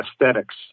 aesthetics